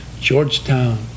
Georgetown